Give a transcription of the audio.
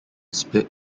split